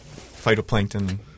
phytoplankton